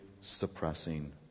suppressing